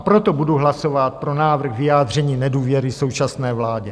Proto budu hlasovat pro návrh vyjádření nedůvěry současné vládě.